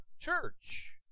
church